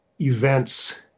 events